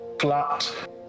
flat